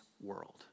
world